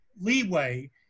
leeway